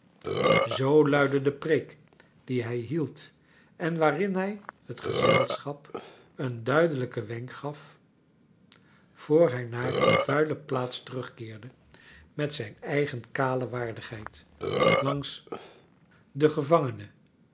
zoo luidde de preek die hij hield en waarin hij het gezelschap een duidelijken wenk gaf voor hij naar de vuile plaats terugkeerde met zijn eigen kale waardigheid langs dengevangene